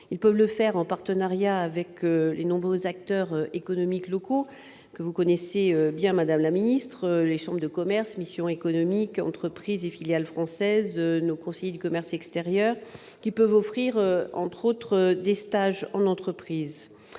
Ils peuvent le faire en partenariat avec les nombreux acteurs économiques locaux, que vous connaissez bien, madame la ministre, qu'il s'agisse des chambres de commerce, des missions économiques, des entreprises et filiales françaises ou des conseillers du commerce extérieur, qui sont susceptibles d'offrir des stages en entreprise.